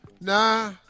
Nah